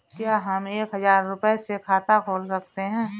क्या हम एक हजार रुपये से खाता खोल सकते हैं?